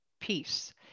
peace